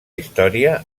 història